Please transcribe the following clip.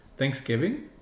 Thanksgiving